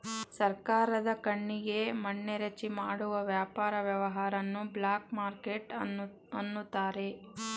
ಸರ್ಕಾರದ ಕಣ್ಣಿಗೆ ಮಣ್ಣೆರಚಿ ಮಾಡುವ ವ್ಯಾಪಾರ ವ್ಯವಹಾರವನ್ನು ಬ್ಲಾಕ್ ಮಾರ್ಕೆಟ್ ಅನ್ನುತಾರೆ